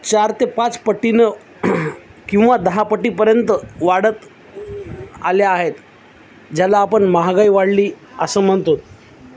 चार ते पाच पटीनं किंवा दहा पटीपर्यंत वाढत आल्या आहेत ज्याला आपण महागाई वाढली असं म्हणतो